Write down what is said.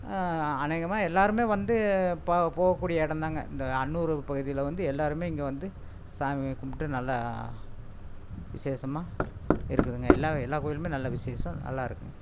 அநேகமாக எல்லாரும் வந்து பா போகக்கூடிய இடோந்தாங்க இந்த அன்னூரு பகுதியில் வந்து எல்லாரும் இங்கே வந்து சாமி கும்பிட்டு நல்லா விசேஷமாக இருக்குதுங்க எல்லா எல்லா கோவிலுமே நல்ல விசேஷம் நல்லா இருக்குதுங்க